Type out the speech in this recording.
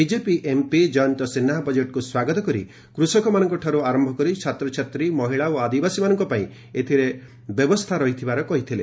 BJP MP Jayant ସିହ୍ରା ବଜେଟ୍କୁ ସ୍ୱାଗତ କରି କୃଷକମାନଙ୍କଠାରୁ ଆରମ୍ଭ କରି ଛାତ୍ରଛାତ୍ରୀ ମହିଳା ଓ ଆଦିବାସୀମାନଙ୍କ ପାଇଁ ଏଥିରେ ବ୍ୟବସ୍ଥାମାନ ରହିଥିବାର କହିଥିଲେ